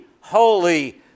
holy